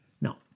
No